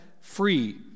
free